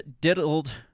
Diddled